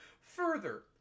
Further